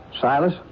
Silas